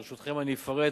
ברשותכם, אני אפרט